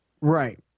Right